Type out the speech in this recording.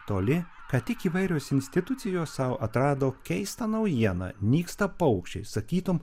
toli ką tik įvairios institucijos sau atrado keistą naujieną nyksta paukščiai sakytum